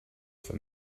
for